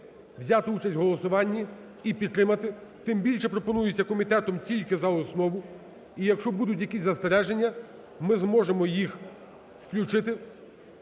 взяти участь в голосуванні і підтримати, тим більше пропонується комітетом тільки за основу. І, якщо будуть якісь застереження, ми зможемо їх включити